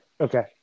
Okay